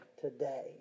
today